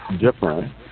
Different